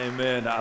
Amen